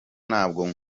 ntabwo